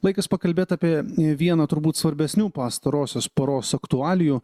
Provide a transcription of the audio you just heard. laikas pakalbėt apie vieną turbūt svarbesnių pastarosios paros aktualijų